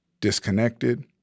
disconnected